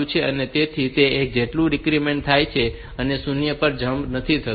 તેથી તે એક જેટલું ડીક્રીમેન્ટ થાય છે અને શૂન્ય પર જમ્પ નથી થતું